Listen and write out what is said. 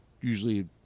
usually